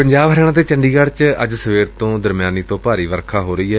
ਪੰਜਾਬ ਹਰਿਆਣਾ ਤੇ ਚੰਡੀਗੜ੍ ਚ ਅੱਜ ਸਵੇਰ ਤੋਂ ਦਰਮਿਆਨੀ ਤੋਂ ਭਾਰੀ ਵਰਖਾ ਹੋ ਰਹੀ ਏ